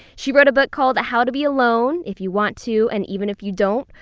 she wrote a book called how to be alone if you want to, and even if you don't,